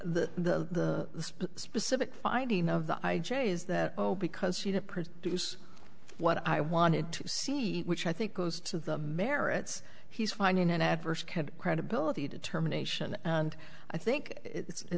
the the specific finding of the i j a is that oh because she didn't produce what i wanted to see which i think goes to the merits he's finding an adverse can credibility determination and i think it's